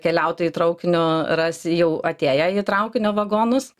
keliautojai traukinio ras jau atėję į traukinio vagonus